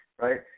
right